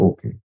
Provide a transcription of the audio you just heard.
Okay